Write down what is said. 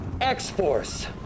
X-Force